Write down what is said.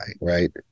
right